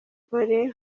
paulin